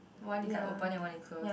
one is like open and one is close